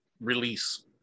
release